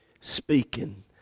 speaking